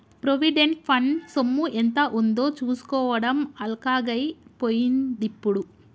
provident fund సొమ్ము ఎంత ఉందో చూసుకోవడం అల్కగై పోయిందిప్పుడు